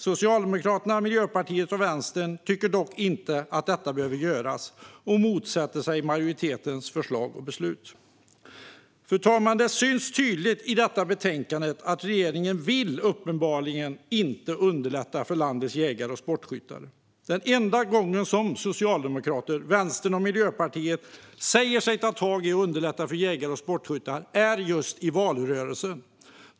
Socialdemokraterna, Miljöpartiet och Vänstern tycker dock inte att detta behöver göras och motsätter sig majoritetens förslag till beslut. Det syns tydligt i detta betänkande att regeringen uppenbarligen inte vill underlätta för landets jägare och sportskyttar. Den enda gången Socialdemokraterna, Vänstern och Miljöpartiet säger sig ta tag i att underlätta för jägare och sportskyttar är i valrörelsen.